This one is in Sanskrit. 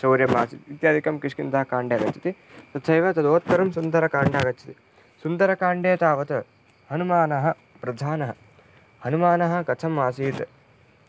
शौर्यम् आसीत् इत्यादिकं किष्किन्धाकाण्डे आगच्छति तथैव तदुत्तरं सुन्दरकाण्डं आगच्छति सुन्दरकाण्डे तावत् हनुमान् प्रधानः हनुमान् कथम् आसीत्